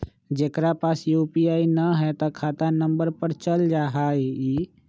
जेकरा पास यू.पी.आई न है त खाता नं पर चल जाह ई?